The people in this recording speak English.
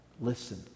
Listen